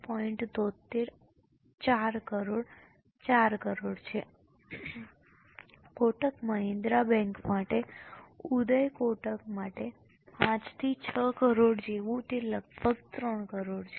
73 4 કરોડ 4 કરોડ છે કોટક મહિન્દ્રા બેંક માટે ઉદય કોટક માટે 5 થી 6 કરોડ જેવું છે તે લગભગ 3 કરોડ છે